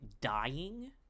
dying